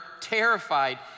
terrified